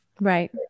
right